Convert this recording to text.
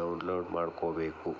download ಮಾಡ್ಕೋಬೇಕು